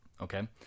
Okay